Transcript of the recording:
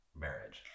marriage